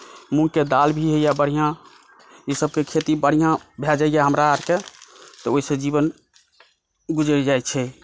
मुँगके दालि भी होइए बढ़िऑं ई सभकेँ खेती बढ़िऑं भए जाइए हमरा आरकेँ तऽ ओहिसऽ जीवन गुजरि जाइ छै